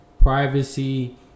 privacy